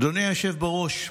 אדוני היושב בראש,